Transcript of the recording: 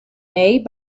made